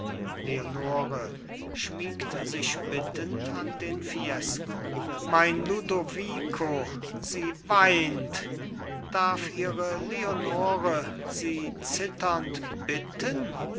leonore schmiegt sich bittend an den fiesco mein ludovico sie weint darf ihre leonore sie zitternd bitten